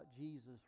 Jesus